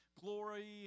glory